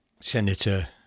Senator